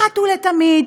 אחת ולתמיד,